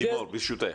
לימור ברשותך,